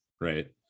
right